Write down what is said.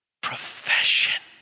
profession